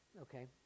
okay